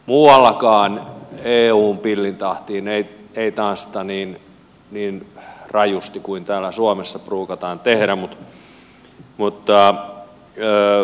muuallakaan eun pillin tahtiin ei tanssita niin rajusti kuin täällä suomessa pruukataan tehdä